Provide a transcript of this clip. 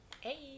hey